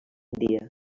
dia